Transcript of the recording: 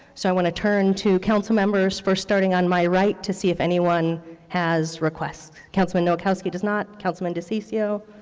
so i want to turn to councilmembers, first starting on my right, to see if anyone has requests. councilman nowakowski does not. councilman diciccio?